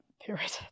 period